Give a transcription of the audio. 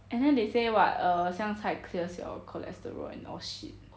and then they say what 香菜 clears your cholesterol and all shit